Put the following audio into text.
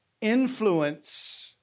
Influence